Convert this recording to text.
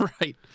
right